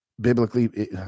Biblically